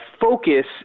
focus